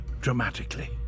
dramatically